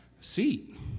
seat